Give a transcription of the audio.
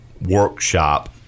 workshop